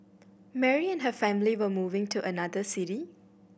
Mary and her family were moving to another city